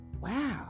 wow